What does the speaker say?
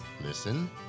listen